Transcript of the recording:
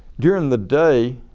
during the day,